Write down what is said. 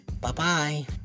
Bye-bye